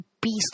beast